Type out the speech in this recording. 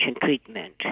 treatment